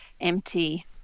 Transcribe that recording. empty